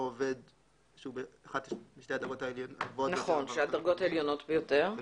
או עובד שהוא באחת משתי הדרגות הגבוהות ביותר.